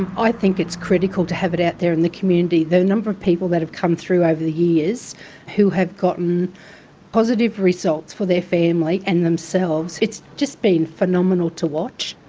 i think it's critical to have it out there in the community. the number of people that have come through over the years, who have gotten positive results for their family and themselves, it's just been phenomenal to watch.